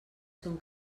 són